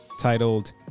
titled